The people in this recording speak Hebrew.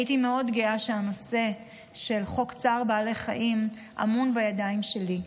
הייתי מאוד גאה שהנושא של חוק צער בעלי חיים בידיים שלי,